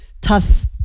Tough